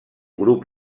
grup